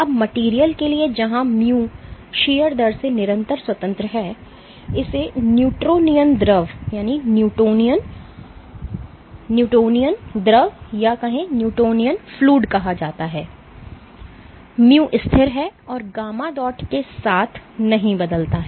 अब मटेरियल के लिए जहां mu शीयर दर से निरंतर स्वतंत्र है इसे न्यूटोनियन द्रव कहा जाता है mu स्थिर है और γ डॉट के साथ नहीं बदलता है